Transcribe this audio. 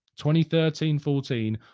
2013-14